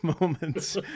moments